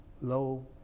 low